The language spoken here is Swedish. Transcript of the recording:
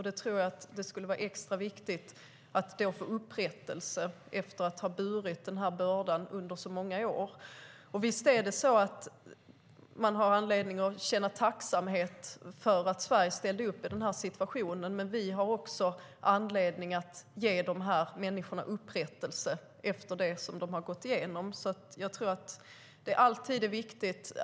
Det är extra viktigt att få upprättelse efter att ha burit bördan under så många år. Visst har man anledning att känna tacksamhet för att Sverige ställde upp i den här situationen. Men vi har också anledning att ge dessa människor upprättelse efter vad de har gått igenom.